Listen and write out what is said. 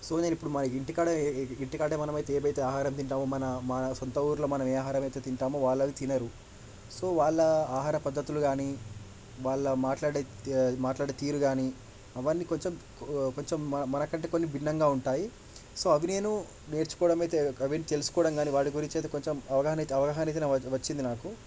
so నేను ఇప్పుడు మా ఇంటి కాడ ఇంటికాడే మనమైతే ఏదైతే ఆహారం తింటామో మన మన సొంత ఊరిలో మనం ఏ ఆహారం అయితే తింటామో వాళ్లు అది తినరు సో వాళ్ళ ఆహార పద్ధతులు గానీ వాళ్ళ మాట్లాడే తీ మాట్లాడే తీరు గానీ అవన్నీ కొంచెం కొంచెం మన మనకంటే కొన్ని భిన్నంగా ఉంటాయి సో అవి నేను నేర్చుకోవడం అయితే ఐ మీన్ తెలుసుకోవడం గానీ వాటి గురించి అయితే కొంచెం అవగాహన అవగాహన అయితే వచ్చింది నాకు